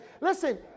Listen